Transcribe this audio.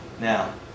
Now